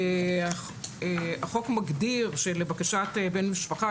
החוק מגדיר שלבקשת בן משפחה,